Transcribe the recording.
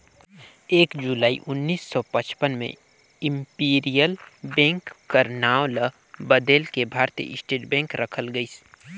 एक जुलाई उन्नीस सौ पचपन में इम्पीरियल बेंक कर नांव ल बलेद के भारतीय स्टेट बेंक रखल गइस